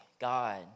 God